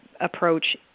approach